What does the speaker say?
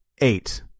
eight